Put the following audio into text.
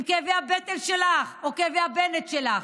עם כאבי הבטן שלך או כאבי הבנט שלך?